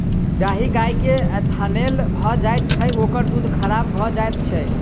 जाहि गाय के थनैल भ जाइत छै, ओकर दूध खराब भ जाइत छै